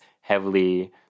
heavily